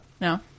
No